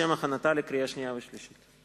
לשם הכנתה לקריאה שנייה וקריאה שלישית.